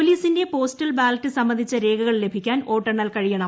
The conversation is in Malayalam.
പോലീസിന്റെ പോസ്റ്റൽ ബാലറ്റ് സംബന്ധിച്ച രേഖകൾ ലഭിക്കാൻ വോട്ടെണ്ണൽ കഴിയണം